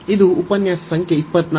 ಇದು ಉಪನ್ಯಾಸ ಸಂಖ್ಯೆ 24